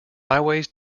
highways